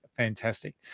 fantastic